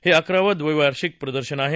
हे अकरावं द्वैवार्षिक प्रदर्शन आहे